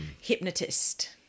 Hypnotist